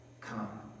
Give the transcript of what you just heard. come